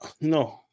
no